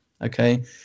Okay